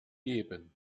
geben